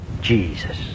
Jesus